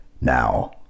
Now